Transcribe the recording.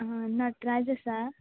नटराज आसा